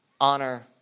honor